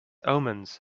omens